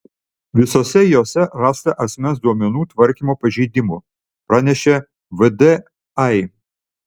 visose jose rasta asmens duomenų tvarkymo pažeidimų pranešė vdai